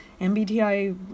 MBTI